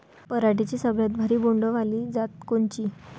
पराटीची सगळ्यात भारी बोंड वाली जात कोनची?